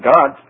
God